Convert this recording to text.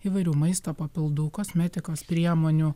įvairių maisto papildų kosmetikos priemonių